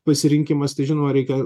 pasirinkimas tai žinoma reikia